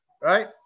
right